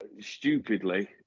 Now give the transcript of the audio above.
stupidly